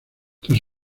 tras